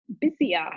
busier